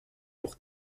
pour